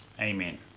Amen